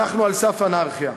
אנחנו על סף אנרכיה.